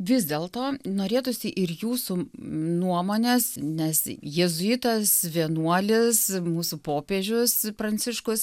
vis dėlto norėtųsi ir jūsų nuomonės nes jėzuitas vienuolis mūsų popiežius pranciškus